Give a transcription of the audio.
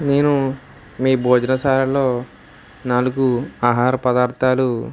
నేను మీ భోజన శాలలో నాలుగు ఆహార పదార్థాలు